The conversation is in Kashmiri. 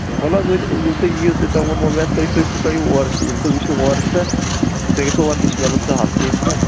وَل حظ ییٚلہِ تُہۍ یِیِو تہٕ تۄہہِ ووٚنمو مےٚ تُہۍ تُہۍ چھُو اورٕ تہِ ییٚلہِ تُہۍ وٕچھُو اورٕ تہٕ تُہۍ گژھیو اورٕ نِش میلُن سہل ٹھیٖک